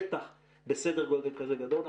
בטח בסדר גודל כזה גדול.